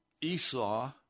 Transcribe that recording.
Esau